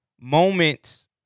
moments